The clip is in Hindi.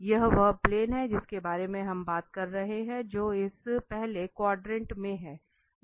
यह वह प्लेन है जिसके बारे में हम बात कर रहे हैं जो इस पहले क्वाड्रेंट में है जो ABD द्वारा दिया गया है